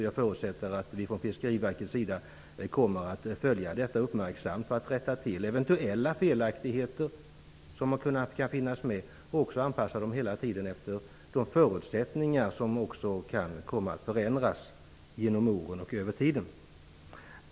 Jag förutsätter att vi från Fiskeriverkets sida kommer att följa detta uppmärksamt för att rätta till eventuella felaktigheter som kan finnas med och också anpassa föreskrifterna efter att förutsättningarna kan komma att förändras över tiden.